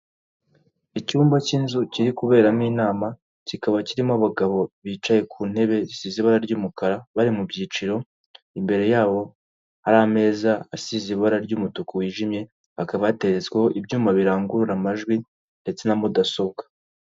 Icyumba cy'inzu kiri kuberamo inama kikaba kirimo abagabo bicaye ku ntebe zisize ibara ry'umukara bari mu byiciro, imbere yabo hari ameza asize ibara ry'umutuku wijimye, hakaba hateretsweho ibyuma birangurura amajwi ndetse na mudasobwa.